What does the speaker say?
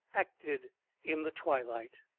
acted in the twilight.